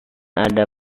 ada